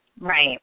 Right